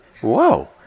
Whoa